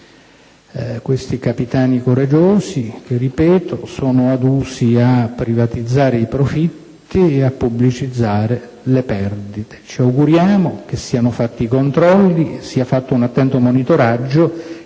questi "capitani coraggiosi" che - ripeto - sono adusi a privatizzare i profitti e a socializzare le perdite. Ci auguriamo che vengano effettuati i controlli, che ci sia un attento monitoraggio